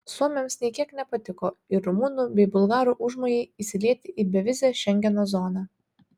suomiams nė kiek nepatiko ir rumunų bei bulgarų užmojai įsilieti į bevizę šengeno zoną